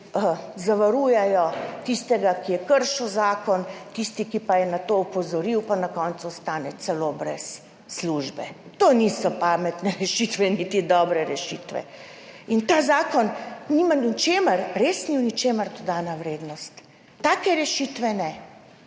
zavarujejo tistega, ki je kršil zakon, tisti, ki pa je na to opozoril, pa na koncu ostane celo brez službe. To niso pametne rešitve, niti dobre rešitve. In ta zakon ni v ničemer, res ni v ničemer dodana vrednost, take rešitve ne.